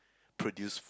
produce food